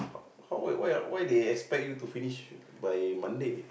how how why why why they expect you to finish by Monday